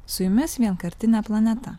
su jumis vienkartinė planeta